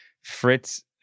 Fritz